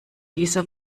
dieser